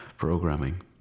Programming